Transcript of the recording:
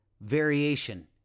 variation –